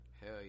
Hell